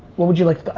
would would you like,